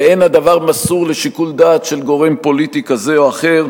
ואין הדבר מסור לשיקול דעת של גורם פוליטי כזה או אחר.